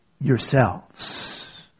yourselves